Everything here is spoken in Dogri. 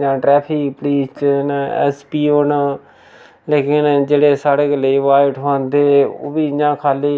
जां टरैफक पुलीस च न ऐस्स पी ओ न लेकन जेह्ड़े साढ़े लेई आवाज ठोआंदे ओह् बी इ'यां खाल्ली